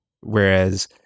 Whereas